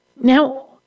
Now